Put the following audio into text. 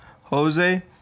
Jose